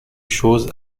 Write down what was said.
choses